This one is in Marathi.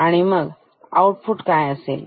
आणि मग आऊटपुट काय असेल